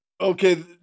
Okay